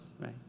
right